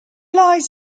lies